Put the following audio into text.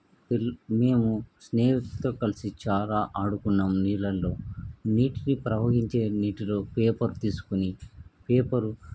well మేము స్నేహితులతో కలిసి చాలా ఆడుకున్నాము నీళ్ళలో నీటిని ప్రవహించే నీటిలో పేపర్ తీసుకుని పేపరు